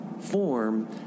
form